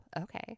okay